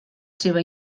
seva